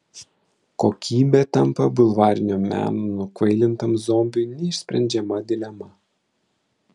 kokybė tampa bulvarinio meno nukvailintam zombiui neišsprendžiama dilema